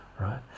right